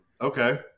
okay